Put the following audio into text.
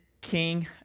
King